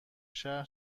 شهر